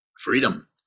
Freedom